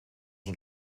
een